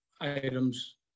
items